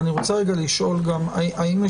ואני רוצה לשאול האם,